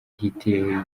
hitler